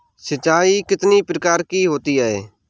सिंचाई कितनी प्रकार की होती हैं?